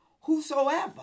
whosoever